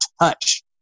touch